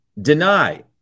deny